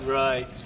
right